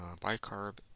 bicarb